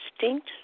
distinct